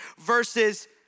versus